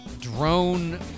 drone